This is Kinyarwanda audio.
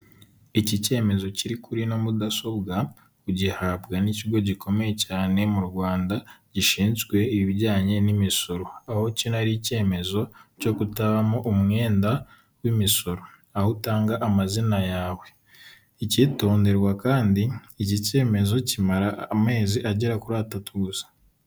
Iki cyemezo kiri kuri ino mudasobwa, ugihabwa n'ikigo gikomeye cyane mu Rwanda gishinzwe ibijyanye n'imisoro; aho kino ari icyemezo cyo kutabamo umwenda w'imisoro, aho utanga amazina yawe. Icyitonderwa kandi, iki cyemezo kimara amezi agera kuri atatu gusa.